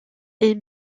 est